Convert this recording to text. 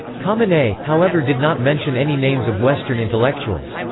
khamenei, however did not mention any names of western intellectuals.